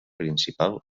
principal